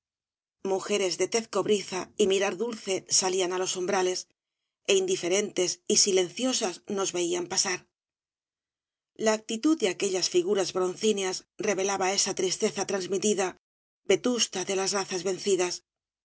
mujeres de tez cobriza y mirar dulce salían á s obras de valle inclan g los umbrales é indiferentes y silenciosas nos veían pasar la actitud de aquellas figuras broncíneas revelaba esa tristeza transmitida vetusta de las razas vencidas